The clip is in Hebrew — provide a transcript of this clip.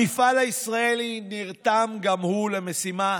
המפעל הישראלי נרתם גם הוא למשימה,